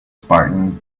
spartan